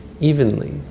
evenly